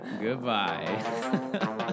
Goodbye